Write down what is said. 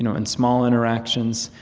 you know in small interactions,